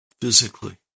physically